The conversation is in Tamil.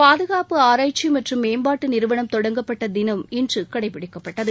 பாதுகாப்பு ஆராய்ச்சி மற்றும் மேம்பாட்டு நிறுவனம் தொடங்கப்பட்ட தினம் இன்று கடைபிடிக்கப்பட்டது